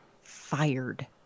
fired